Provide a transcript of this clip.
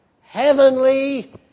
heavenly